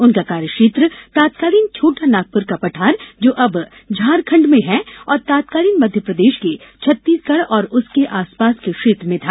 उनका कार्यक्षेत्र तत्कालीन छोटा नागपुर का पठार जो अब झारखंड में है और तत्कालीन मध्यप्रदेश के छत्तीसगढ़ और उसके आसपास के क्षेत्र में था